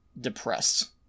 depressed